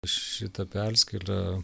šitą perskyrą